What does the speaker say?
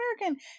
American